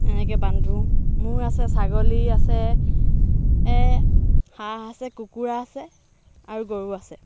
এনেকে বান্ধো মোৰ আছে ছাগলী আছে হাঁহ আছে কুকুৰা আছে আৰু গৰু আছে